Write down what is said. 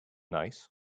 nice